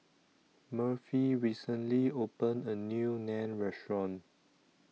Murphy recently opened A New Naan Restaurant